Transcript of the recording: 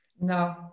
no